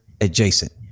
adjacent